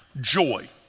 joy